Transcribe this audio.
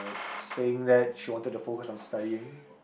saying that she wanted to focus on studying